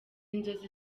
inzozi